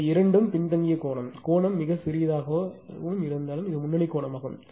இவை இரண்டும் பின்தங்கிய கோணம் கோணம் மிகச் சிறியதாகவும் இருந்தாலும் இது முன்னணி கோணமாகும்